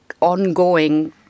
ongoing